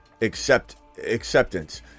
acceptance